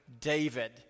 David